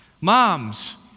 Moms